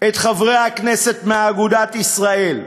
את חברי הכנסת מאגודת ישראל,